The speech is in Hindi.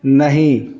नहीं